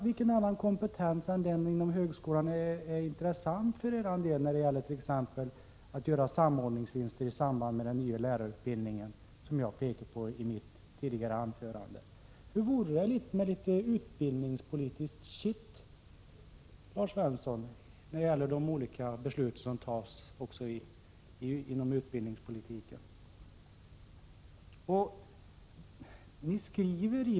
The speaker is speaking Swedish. Vilken annan kompetens än högskolans är intressant för er del när det t.ex. gäller att göra samordningsvinster i samband med den nya lärarutbildningen, som jag tog upp i mitt anförande? Hur vore det med litet utbildningspolitiskt kitt, Lars Svensson, när det gäller de olika beslut som fattas på det utbildningspolitiska området?